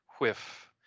whiff